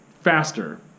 faster